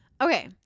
Okay